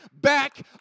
back